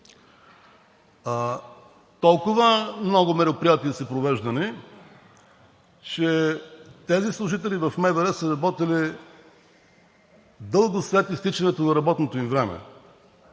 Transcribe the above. Толкова много мероприятия са провеждани, че тези служители в МВР са работили дълго след изтичане на работното им време.